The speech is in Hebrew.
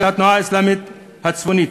של התנועה האסלאמית הצפונית.